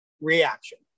reaction